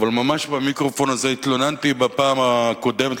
אבל ממש במיקרופון הזה התלוננתי בפעם הקודמת,